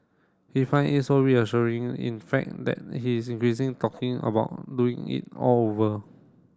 he find it so reassuring in fact that he is increasing talking about doing it all over